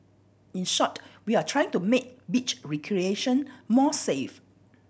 in short we are trying to make beach recreation more safe